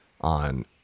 on